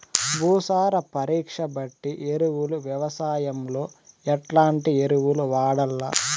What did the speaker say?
భూసార పరీక్ష బట్టి ఎరువులు వ్యవసాయంలో ఎట్లాంటి ఎరువులు వాడల్ల?